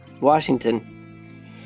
Washington